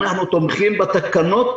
אנחנו תומכים בתקנות,